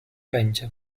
będzie